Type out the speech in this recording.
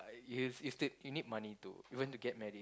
you still you need money to even to get married